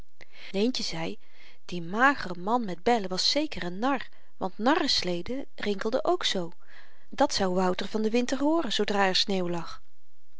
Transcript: leentje zei die magere man met bellen was zeker n nar want narresleden rinkelden k zoo dat zou wouter van den winter hooren zoodra er sneeuw lag